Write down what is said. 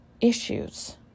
issues